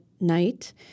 night